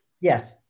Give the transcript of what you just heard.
Yes